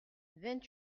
vingt